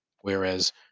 Whereas